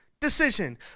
decision